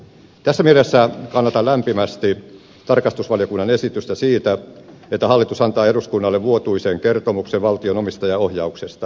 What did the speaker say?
tässä mielessä kannatan lämpimästi tarkastusvaliokunnan esitystä siitä että hallitus antaa eduskunnalle vuotuisen kertomuksen valtion omistajaohjauksesta